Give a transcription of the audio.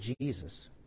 Jesus